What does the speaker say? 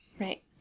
right